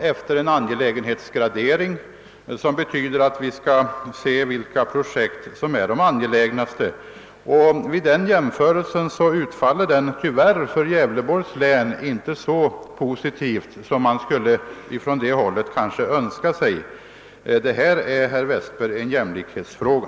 efter en angelägenhetsgradering med hänsyn till vilka projekt som är mest angelägna. Den jämförelsen utfaller tyvärr inte så positivt för Gävleborgs län som man kanske inom länet skulle ha önskat. Detta är, herr Westberg i Ljusdal, en jämlikhetsfråga.